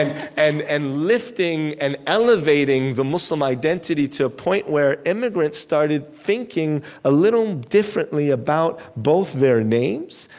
and and and lifting and elevating the muslim identity to a point where immigrants started thinking a little differently about both their names,